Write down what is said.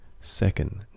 Second